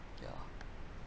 ya